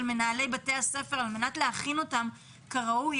מנהלי בתי הספר על מנת להכין אותם כראוי?